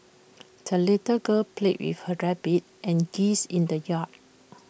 the little girl played with her rabbit and geese in the yard